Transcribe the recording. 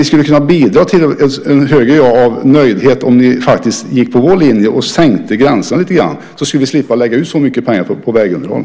Ni skulle kunna bidra till att man blir mer nöjd om ni faktiskt gick på vår linje och sänkte gränserna lite grann. Då skulle vi slippa att lägga ut så mycket pengar på vägunderhåll.